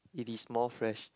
it is more fresh